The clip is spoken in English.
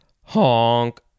Honk